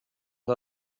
who